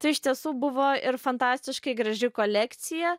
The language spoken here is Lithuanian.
tai iš tiesų buvo ir fantastiškai graži kolekcija